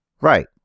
Right